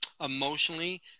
emotionally